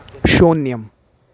शून्यम्